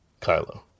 Kylo